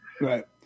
Right